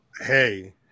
Hey